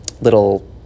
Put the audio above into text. little